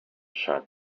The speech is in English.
shut